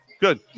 Good